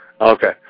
Okay